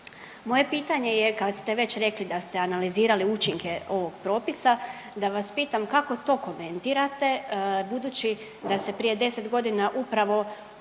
Moje pitanje je kad ste već rekli da ste analizirali učinke ovog propisa, da vas pitam kako to komentirate budući da se prije 10 godina upravo